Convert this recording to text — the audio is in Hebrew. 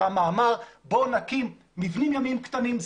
בואו נקים מבנים ימיים קטנים,